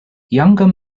younger